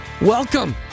welcome